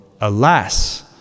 alas